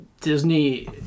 Disney